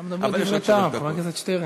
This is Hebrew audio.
אתה מדבר דברי טעם, חבר הכנסת שטרן.